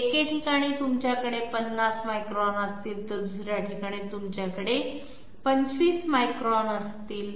एका ठिकाणी तुमच्याकडे 50 मायक्रॉन असतील तर दुसऱ्या ठिकाणी तुमच्याकडे 25 मायक्रॉन असतील